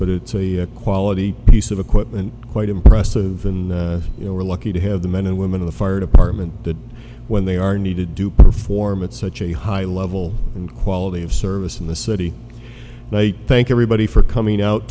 but it's a quality piece of equipment quite impressive and you know we're lucky to have the men and women of the fire department that when they are needed to perform at such a high level and quality of service in the city they thank everybody for coming out